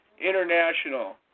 International